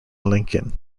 lincoln